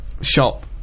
shop